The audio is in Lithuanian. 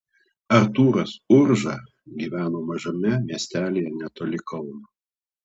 artūras urža gyvena mažame miestelyje netoli kauno